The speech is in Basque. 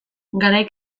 garai